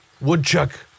Woodchuck